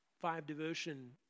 five-devotion